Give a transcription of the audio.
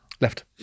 Left